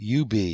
UB